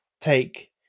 take